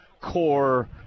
core